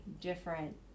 different